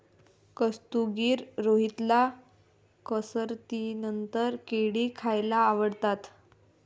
कुस्तीगीर रोहितला कसरतीनंतर केळी खायला आवडतात